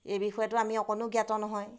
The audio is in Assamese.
এই বিষয়েতো আমি অকণো জ্ঞাত নহয়